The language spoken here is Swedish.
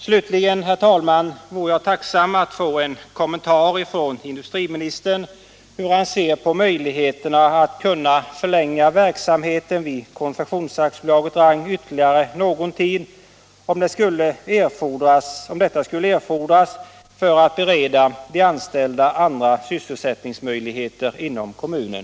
Slutligen, herr talman, vore jag tacksam att få en kommentar från industriministern hur han ser på möjligheten att kunna förlänga verksamheten vid Konfektions AB Rang ytterligare någon tid, om detta skulle erfordras för att bereda de anställda sysselsättningsmöjligheter inom kommunen.